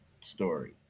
story